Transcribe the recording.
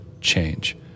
change